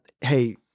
hey